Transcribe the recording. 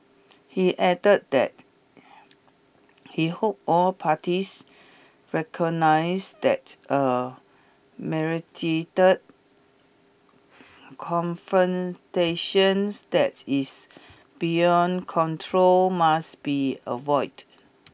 he added that he hoped all parties recognise that a that is beyond control must be avoid